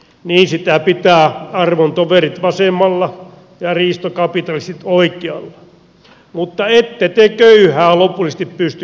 niin sitä pitää arvon toverit vasemmalla ja riistokapitalistit oikealla mutta ette te köyhää lopullisesti pysty kyykyttämään